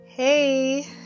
Hey